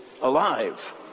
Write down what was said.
Alive